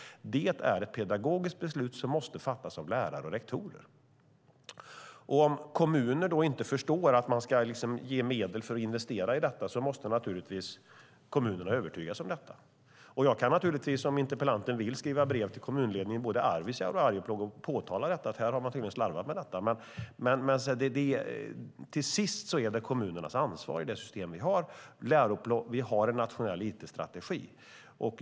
Det är ett pedagogiskt beslut som måste fattas av lärare och rektorer. Om kommuner inte förstår att de ska ge medel för att investera i detta måste kommunerna naturligtvis övertygas om detta. Om interpellanten vill kan jag naturligtvis skriva brev till kommunledningen i både Arvidsjaur och Arjeplog och påtala att man tydligen har slarvat med detta. Men till sist är det kommunernas ansvar i det system som vi har. Vi har en nationell it-strategi.